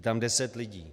Je tam deset lidí.